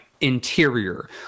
interior